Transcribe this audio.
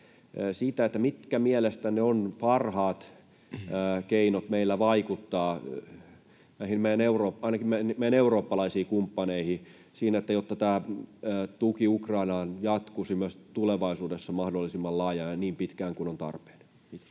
mitkä mielestänne ovat parhaat keinot meillä vaikuttaa ainakin näihin meidän eurooppalaisiin kumppaneihin siinä, että tämä tuki Ukrainaan jatkuisi myös tulevaisuudessa mahdollisimman laajana ja niin pitkään kuin on tarpeen? — Kiitos.